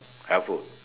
helpful